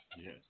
Yes